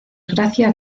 gracia